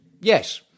yes